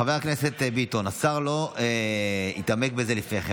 חבר הכנסת ביטון, השר לא התעמק בזה לפני כן.